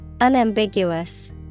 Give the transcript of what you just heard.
Unambiguous